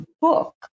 book